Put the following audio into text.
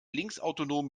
linksautonom